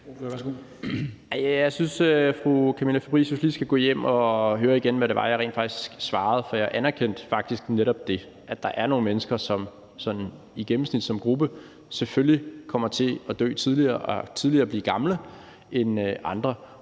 Jeg synes, at fru Camilla Fabricius lige skal gå hjem og høre igen, hvad det var, jeg rent faktisk svarede, for jeg anerkendte faktisk netop det: at der er nogle mennesker, der sådan i gennemsnit som gruppe selvfølgelig kommer til at dø tidligere og tidligere blive gamle end andre,